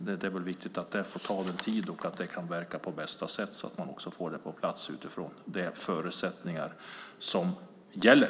Det är viktigt att det får ta tid och verka på bästa sätt, så att en kommissionär kommer på plats utifrån de förutsättningar som gäller.